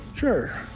sure.